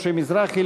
משה מזרחי,